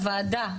הוועדה,